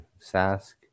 Sask